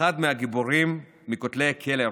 אחד מהגיבורים, מבין כותלי הכלא הרוסי.